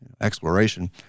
exploration